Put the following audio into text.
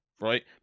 right